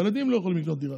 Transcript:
הילדים לא יכולים לקנות דירה.